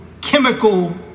chemical